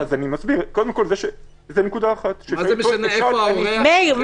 מה זה משנה איפה האורח --- מאיר.